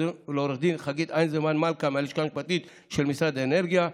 לעו"ד חגית אייזנמן מלכה מהלשכה המשפטית של משרד האנרגיה,